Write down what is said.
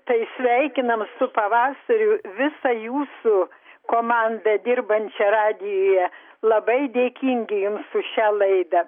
tai sveikinam su pavasariu visą jūsų komandą dirbančią radijuje labai dėkingi jums už šią laidą